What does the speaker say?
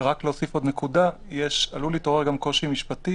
רק להוסיף עוד נקודה, עלול להתעורר גם קושי משפטי.